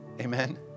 Amen